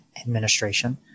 administration